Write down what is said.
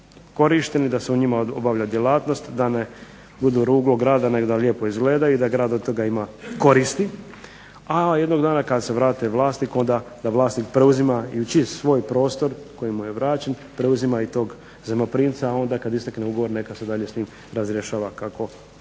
da se u njima obavlja djelatnost, da ne budu ruglo grada, nego da lijepo izgledaju i da grad od toga ima koristi, a jednog dana kada se vrati vlasnik onda da vlasnik preuzima …/Govornik se ne razumije./… svoj prostor koji mu je vraćen, preuzima tog i zajmoprimca, a onda kad istekne ugovor neka se dalje s njim razrješava kako hoće.